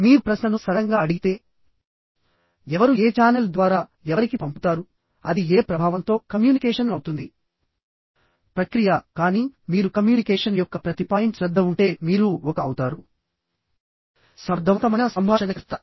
మీరు ప్రశ్నను సరళంగా అడిగితే ఎవరు ఏ ఛానెల్ ద్వారా ఎవరికి పంపుతారు అది ఏ ప్రభావంతో కమ్యూనికేషన్ అవుతుంది ప్రక్రియ కానీ మీరు కమ్యూనికేషన్ యొక్క ప్రతి పాయింట్ శ్రద్ధ ఉంటే మీరు ఒక అవుతారు సమర్థవంతమైన సంభాషణకర్త